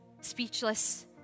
speechless